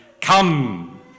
come